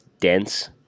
dense